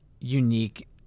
unique